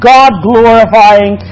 God-glorifying